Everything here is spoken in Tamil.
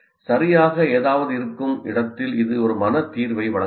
சரியாக ஏதாவது இருக்கும் இடத்தில் இது ஒரு மன தீர்வை வழங்குகிறது